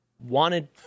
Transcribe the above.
wanted